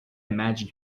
imagine